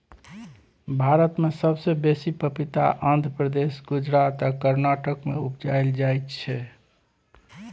भारत मे सबसँ बेसी पपीता आंध्र प्रदेश, गुजरात आ कर्नाटक मे उपजाएल जाइ छै